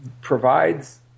provides